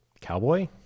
cowboy